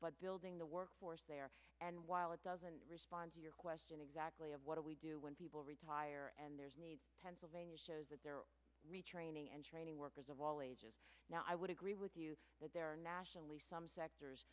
but building the workforce there and while it doesn't respond to your question exactly of what do we do when people retire and there's need tens of a retraining and training workers of all ages now i would agree with you that there are nationally some sectors